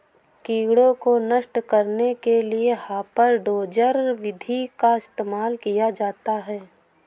कीटों को नष्ट करने के लिए हापर डोजर विधि का इस्तेमाल किया जाता है